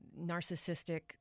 narcissistic